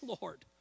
Lord